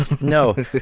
No